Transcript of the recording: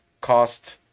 cost